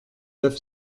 neuf